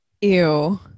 Ew